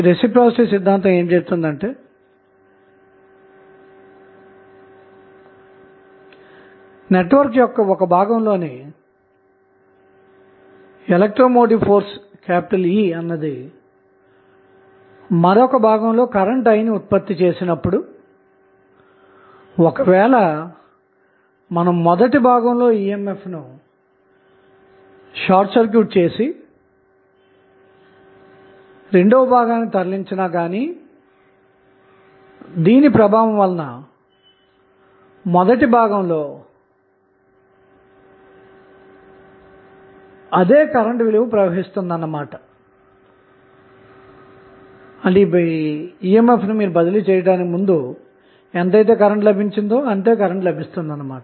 reciprocity సిద్ధాంతం ఏమి చెబుతుందంటే నెట్వర్క్ యొక్క 1 భాగం లోని ఎలక్ట్రో మోటివ్ ఫోర్స్ అన్నది మరొక భాగంలో కరెంటు ని ఉత్పత్తి చేసేటప్పుడు ఒకవేళ మనం మొదటి భాగంలో EMF ను షార్ట్ సర్క్యూట్ చేసి EMF ను రెండవ భాగానికి తరలించినా కానీ దీని ప్రభావము వలన మొదటి భాగంలో అంతే కరెంటు అన్నది ప్రవహిస్తుంది అన్నమాట